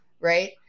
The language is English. right